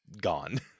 gone